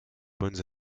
bonnes